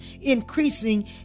increasing